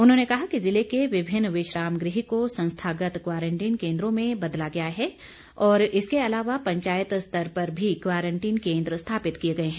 उन्होंने कहा कि जिले के विभिन्न विश्राम गृह को संस्थागत क्वारंटीन केंद्रों में बदला गया है और इसके अलावा पंचायत स्तर पर भी क्वारंटीन केंद्र स्थापित किए गए हैं